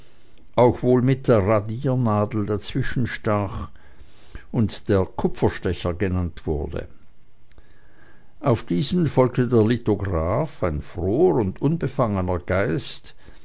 auch wohl mit der radiernadel dazwischenstach und der kupferstecher genannt wurde auf diesen folgte der lithograph ein froher und unbefangener geist